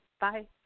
Bye